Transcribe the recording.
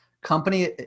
Company